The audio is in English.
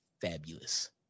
fabulous